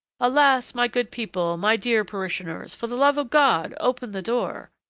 alas! my good people, my dear parishioners, for the love of god open the door.